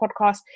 podcast